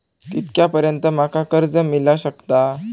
कितक्या पर्यंत माका कर्ज मिला शकता?